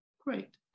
Great